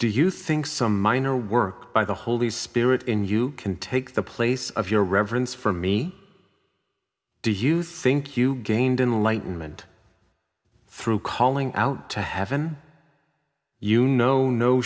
do you think some minor work by the holy spirit in you can take the place of your reverence for me do you think you gained in light and through calling out to heaven you know no